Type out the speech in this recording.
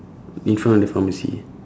in front of the pharmacy